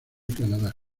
canadá